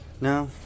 no